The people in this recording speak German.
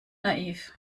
naiv